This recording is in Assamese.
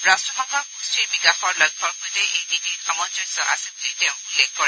ৰাট্টসংঘৰ সুম্থিৰ বিকাশৰ লক্ষ্যৰ সৈতে এই নীতিৰ সামঞ্জস্য আছে বুলি তেওঁ উল্লেখ কৰিছে